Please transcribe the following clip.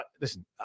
listen